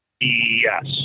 Yes